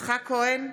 יצחק כהן,